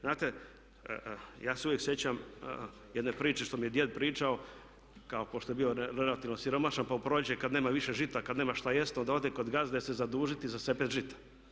Znate, ja se uvijek sjećam jedne priče što mi je djed pričao kao pošto je bio relativno siromašan, pa u proljeće kad nema više žita, kad nema šta jesti onda ode kod gazde se zadužiti za sepet žita.